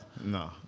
No